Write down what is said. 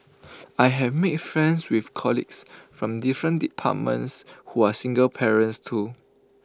I have made friends with colleagues from different departments who are single parents too